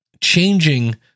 changing